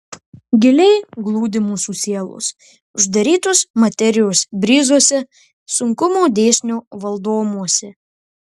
giliai glūdi mūsų sielos uždarytos materijos bryzuose sunkumo dėsnio valdomuose